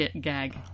gag